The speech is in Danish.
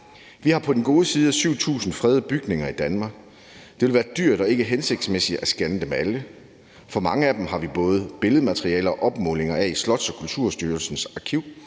Vi har på den gode side af 7.000 fredede bygninger i Danmark, og det vil være dyrt og ikke hensigtsmæssigt at scanne dem alle. For mange af dem har vi både billedmaterialer og opmålinger af i Slots- og Kulturstyrelsens arkiv,